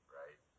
right